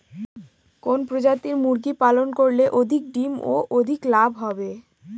কোন প্রজাতির মুরগি পালন করলে অধিক ডিম ও অধিক লাভ হবে?